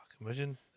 Imagine